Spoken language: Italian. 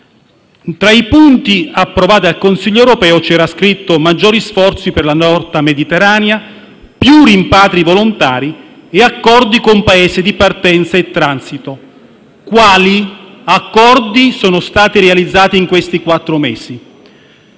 tra i punti approvati al Consiglio europeo rientravano maggiori sforzi per la nuova rotta mediterranea, più rimpatri volontari e accordi con Paesi di partenza e transito. Quali accordi sono stati realizzati in questi quattro mesi?